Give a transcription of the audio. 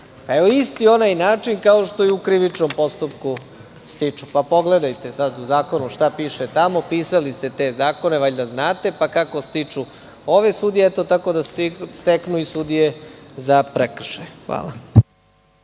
Isti onaj način kao što i u krivičnom stiču. Pogledajte sad u zakonu šta piše tamo, pisali ste te zakone i valjda znate, pa kako stiču ove sudije, tako da steknu i sudije za prekršaje. Hvala.